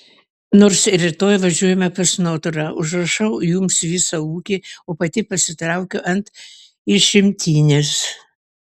nors ir rytoj važiuojame pas notarą užrašau jums visą ūkį o pati pasitraukiu ant išimtinės